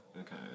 Okay